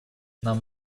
нам